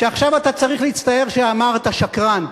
על זה שעכשיו אתה צריך להצטער שאמרת: שקרן.